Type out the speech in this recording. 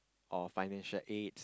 or financial aids